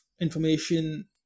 information